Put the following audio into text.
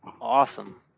awesome